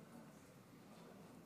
שלוש דקות